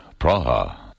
Praha